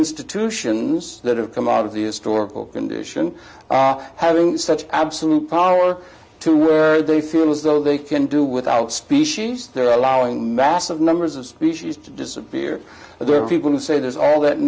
institutions that have come out of the historical condition are having such absolute power to where they feel as though they can do without species they're allowing massive numbers of species to disappear but there are people who say there's all that